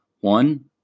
One